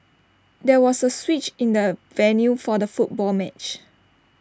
there was A switch in the venue for the football match